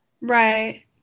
right